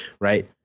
Right